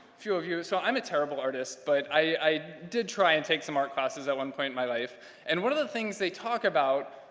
few of you. so i'm a terrible artist, but i did try and take some art classes at one point in my life and one of the things they talk about,